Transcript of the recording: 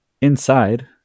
inside